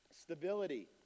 Stability